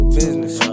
business